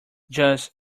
just